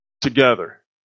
together